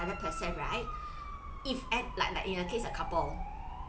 person right if and like like in your case are couple